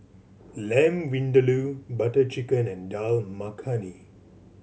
Lamb Vindaloo Butter Chicken and Dal Makhani